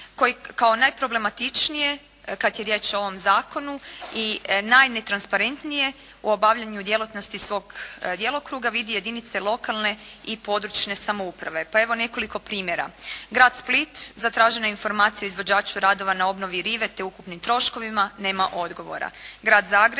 koji kao najproblematičnije, kada je riječ o ovom zakonu i najnetransparentnije u obavljanju djelatnosti svog djelokruga, vidi jedinice lokalne i područne samouprave, pa evo nekoliko primjera. Grad Split, zatražena je informacija o izvođaču radova na obnovi rive, te ukupnim troškovima. Nema odgovora.